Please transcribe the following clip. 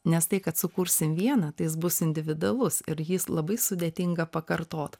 nes tai kad sukursim vieną tai jis bus individualus ir jis labai sudėtinga pakartot